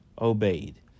obeyed